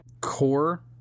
core